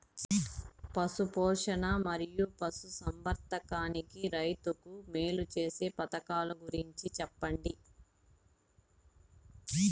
పశు పోషణ మరియు పశు సంవర్థకానికి రైతుకు మేలు సేసే పథకాలు గురించి చెప్పండి?